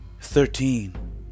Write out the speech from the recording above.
Thirteen